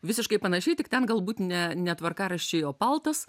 visiškai panašiai tik ten galbūt ne ne tvarkaraščiai o paltas